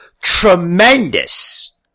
tremendous